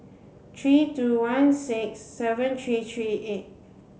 three two one six seven three three eight